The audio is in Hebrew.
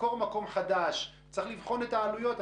לשכור מקום חדש צריך לבחון את העלויות.